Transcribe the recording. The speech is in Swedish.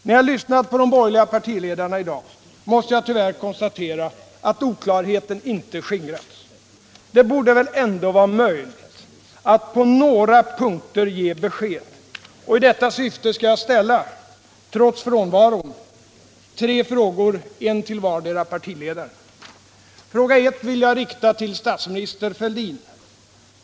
När jag lyssnade på de borgerliga partiledarna i dag måste jag tyvärr konstatera att oklarheten inte skingrats. Det borde väl ändå vara möjligt att på några punkter ge besked. I detta syfte skall jag ställa — trots deras frånvaro — tre frågor, en till vardera partiledare. Fråga 1 vill jag rikta till statsminister Fälldin.